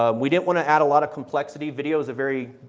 um we didn't want to add a lot of complexity, videos are very